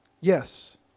yes